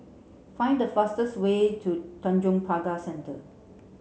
find the fastest way to Tanjong Pagar Centre